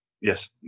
Yes